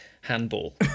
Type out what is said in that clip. handball